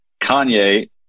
Kanye